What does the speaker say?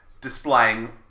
Displaying